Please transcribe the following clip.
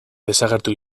desagertu